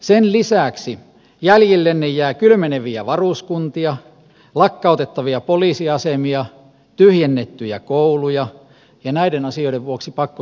sen lisäksi jäljillenne jää kylmeneviä varuskuntia lakkautettavia poliisiasemia tyhjennettyjä kouluja ja näiden asioiden vuoksi pakkosiirrettyjä perheitä